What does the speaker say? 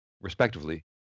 respectively